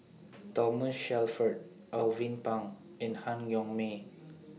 Thomas Shelford Alvin Pang and Han Yong May